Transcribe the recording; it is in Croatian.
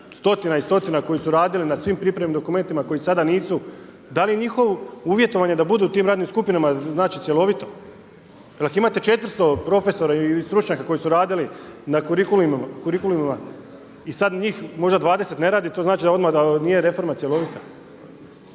stotina i stotina koji su radili na svim pripremnim dokumentima, koji sada nisu, da li je njihovo uvjetovanje, da budu u tim radnim skupinama, znači cjelovito? Jer ako imate 400 profesora i stručnjaka koji su radili na kurikulima i sada njih možda 20 ne radi, to znači možda odmah da nije reforma cjelovita.